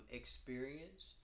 experience